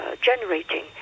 generating